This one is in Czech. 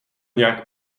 nějak